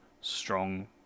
strong